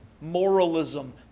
moralism